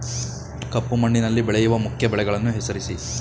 ಕಪ್ಪು ಮಣ್ಣಿನಲ್ಲಿ ಬೆಳೆಯುವ ಮುಖ್ಯ ಬೆಳೆಗಳನ್ನು ಹೆಸರಿಸಿ